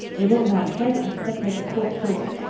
gilbert blythe tried to intercept her at the porch door.